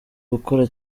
gukora